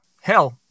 hell